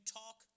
talk